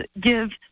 give